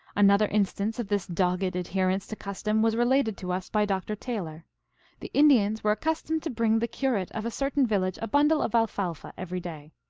another instance of this dogged adherence to custom was related to us by dr. taylor the indians were accustomed to bring the curate of a certain village a bundle of alfalfa every day.